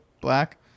black